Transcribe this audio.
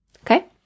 Okay